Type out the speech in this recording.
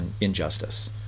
injustice